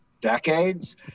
decades